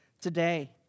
Today